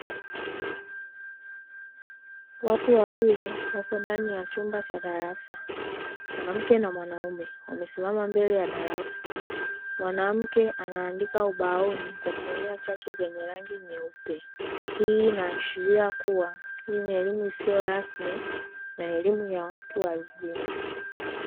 Watu wawili wapo ndani ya chumba cha darasa. Mwanamke na mwanaume wamesimama mbele ya darasa, mwanamke anaandika ubaoni kwa kutumia chaki zenye rangi nyeupe. Hii inaashiria kuwa hii ni elimu isiyo rasmi na elimu ya watu wazima.